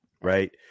right